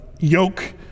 yoke